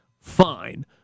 fine